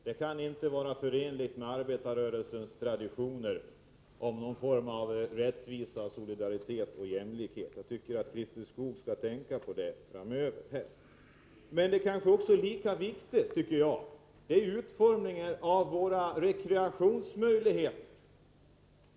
Det kan inte vara förenligt med arbetarrörelsens traditioner, det kan inte vara en form av rättvisa, solidaritet och jämlikhet. Jag tycker att Christer Skoog skall tänka på detta framöver. Men viktig är också enligt min mening utformningen av rekreationsmöjligheterna.